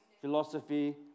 philosophy